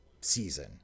season